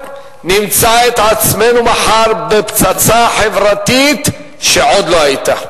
נמצא את עצמנו מחר בפצצה חברתית שעוד לא היתה.